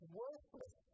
worthless